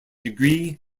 degree